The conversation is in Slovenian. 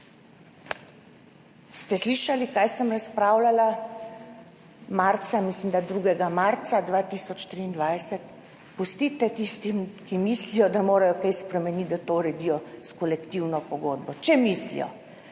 Ste slišali, kaj sem razpravljala, mislim, da 2. marca 2023? Pustite tistim, ki mislijo, da morajo kaj spremeniti, da to uredijo s kolektivno pogodbo, če mislijo.